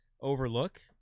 overlook